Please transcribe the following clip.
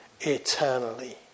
eternally